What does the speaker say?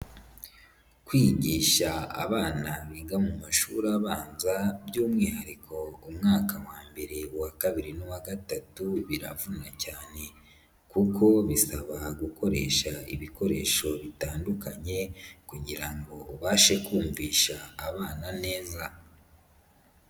Kwigisha abana biga mu mashuri abanza by'umwihariko umwaka wa mbere, uwa kabiri, n'uwa gatatu biravuna cyane kuko bisaba gukoresha ibikoresho bitandukanye kugira ngo ubashe kumvisha abana neza.